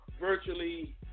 virtually